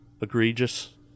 egregious